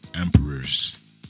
emperors